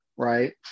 Right